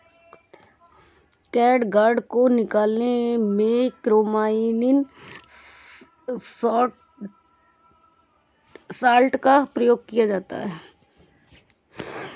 catgut को निकालने में क्रोमियम सॉल्ट का प्रयोग किया जाता है